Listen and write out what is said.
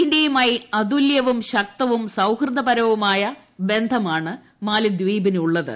ഇന്ത്യയുമായി അതുല്യവും ശക്തവും സൌഹൃദപരവുമായ ബന്ധമാണ് മാലിദ്വീപിന് ഉളളത്